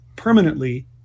permanently